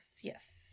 Yes